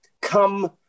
come